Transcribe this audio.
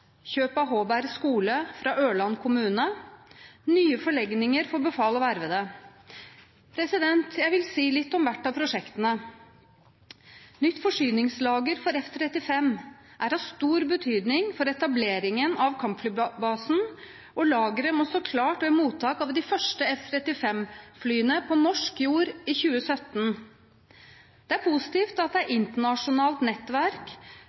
kjøp av Hårberg skole fra Ørland kommune og nye forlengninger for befal og vervede. Jeg vil si litt om hvert av prosjektene. Nytt forsyningslager for F-35 er av stor betydning for etableringen av kampflybasen, og lageret må stå klart ved mottak av de første F-35-flyene på norsk jord i 2017. Det er positivt at det er et internasjonalt nettverk